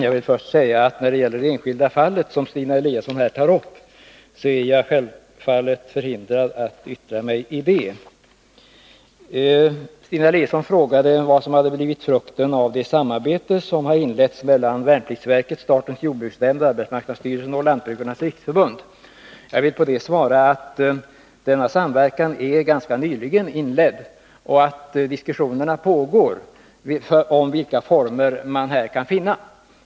Herr talman! Det enskilda fall som Stina Eliasson tar upp är jag självfallet förhindrad att yttra mig om. Stina Eliasson frågade vad som har blivit frukten av samarbetet mellan värnpliktsverket, statens jordbruksnämnd, arbetsmarknadsstyrelsen och Lantbrukarnas riksförbund. Denna samverkan inleddes ganska nyligen. Diskussioner pågår om vilka former man skall kunna finna.